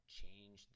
change